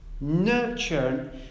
Nurture